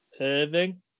Irving